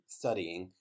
studying